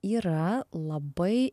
yra labai